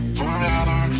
forever